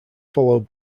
followed